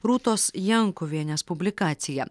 rūtos jankuvienės publikacija